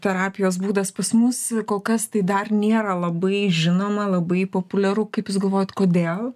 terapijos būdas pas mus kol kas tai dar nėra labai žinoma labai populiaru kaip jūs galvojat kodėl